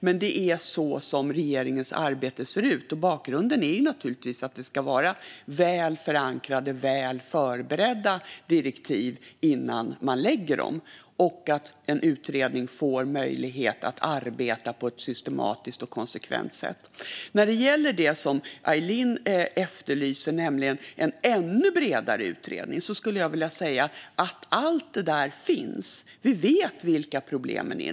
Men det är så regeringens arbete ser ut, och bakgrunden är naturligtvis att det ska vara väl förankrade och väl förberedda direktiv så att en utredning får möjlighet att arbeta på ett systematiskt och konsekvent sätt. När det gäller det som Aylin Fazelian efterlyser, nämligen en ännu bredare utredning, skulle jag vilja säga att allt det där redan finns. Vi vet vilka problemen är.